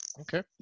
Okay